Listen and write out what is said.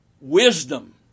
wisdom